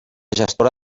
gestora